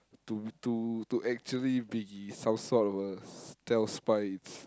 to to to actually be some sort of a stealth spy it's